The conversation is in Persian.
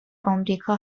آمریکا